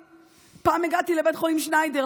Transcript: פעם הגעתי לבית חולים שניידר,